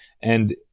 And-